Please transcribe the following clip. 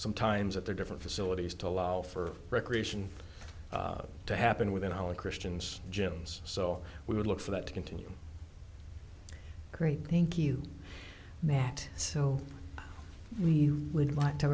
some times at their different facilities to allow for recreation to happen within our christians gyms so we would look for that to continue great thank you that so we would like to